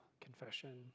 confession